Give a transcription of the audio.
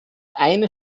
eine